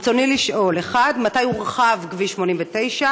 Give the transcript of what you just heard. ברצוני לשאול: 1. מתי יורחב כביש 89?